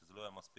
שזה לא היה מספיק,